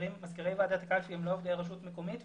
מזכירי ועדת הקלפי הם לא עובדי הרשות המקומית,